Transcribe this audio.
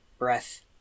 breath